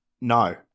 No